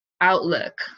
outlook